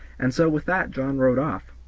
and so with that john rode off.